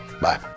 Bye